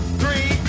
three